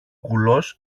κουλός